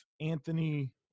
Anthony